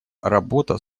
работа